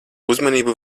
uzmanību